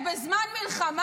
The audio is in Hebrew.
גם אנחנו.